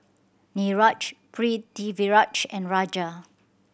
Niraj Pritiviraj and Raja